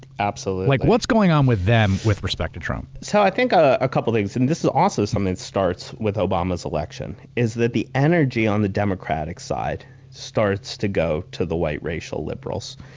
absolutely. like what's going on with them, with respect to trump? so i think a couple of things and this is also something that starts with obama's election is that the energy on the democratic side starts to go to the white racial liberals.